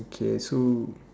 okay so